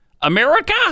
America